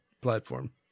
platform